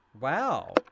Wow